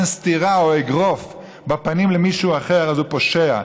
סטירה או אגרוף בפנים למישהו אחר אז הוא פושע,